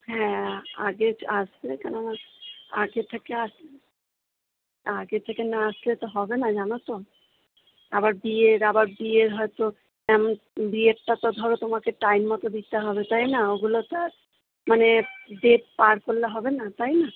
হ্যাঁ আগে আসবে কেন না আগে থেকে আসবে আগে থেকে না আসলে তো হবে না জানো তো আবার বিয়ের আবার বিয়ের হয়তো তেমন বিয়েরটা তো ধরো তোমাকে টাইম মতো দিতে হবে তাই না ওগুলো তো আর মানে ডেট পার করলে হবে না তাই না